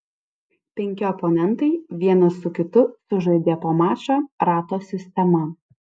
penki oponentai vienas su kitu sužaidė po mačą rato sistema